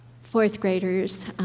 Fourth-graders